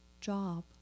job